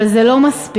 אבל זה לא מספיק.